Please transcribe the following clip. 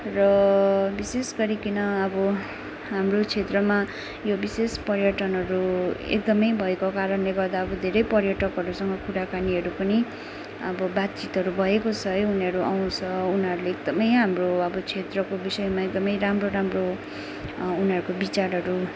र विशेष गरिकन अब हाम्रो क्षेत्रमा यो विशेष पर्यटनहरू एकदमै भएको कारणले गर्दा अब धेरै पर्यटकहरूसँग कुराकानीहरू पनि अब बातचितहरू भइबस्छ है उनीहरू आउँछ उनीहरूले एकदमै हाम्रो अब क्षेत्रको विषयमा एकदमै राम्रो राम्रो उनीहरूको विचारहरू